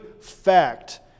fact